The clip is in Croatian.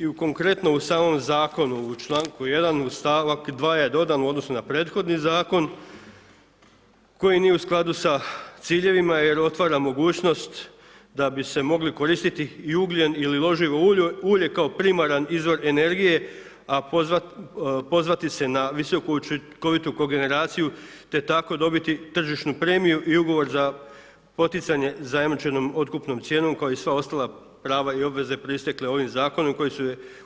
I konkretno u samom zakonu u članku 1. stavak 2. je dodan u odnosu na prethodni zakon koji nije u skladu sa ciljevima jer otvara mogućnost da bi se mogli koristiti ugljen ili loživo ulje kao primaran izvor energije a pozvati se na visoku učinkovitu kogeneraciju te tako dobiti tržišnu premiju i ugovor za poticanje zajamčenom otkupnom cijenom kao i sva ostala prava i obveze proistekle ovim zakonom koji